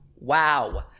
Wow